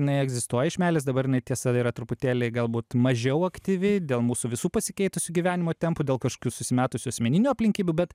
jinai egzistuoja iš meilės dabar jinai tiesa yra truputėlį galbūt mažiau aktyvi dėl mūsų visų pasikeitusių gyvenimo tempų dėl kažkokių susimetusių asmeninių aplinkybių bet